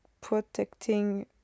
protecting